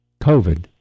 COVID